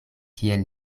kiel